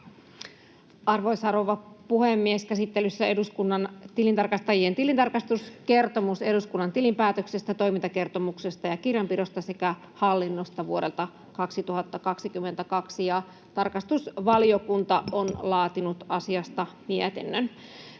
Arvoisa rouva puhemies! Käsittelyssä on eduskunnan tilintarkastajien tilintarkastuskertomus eduskunnan tilinpäätöksestä, toimintakertomuksesta ja kirjanpidosta sekä hallinnosta vuodelta 2022, ja tarkastusvaliokunta on laatinut asiasta mietinnön.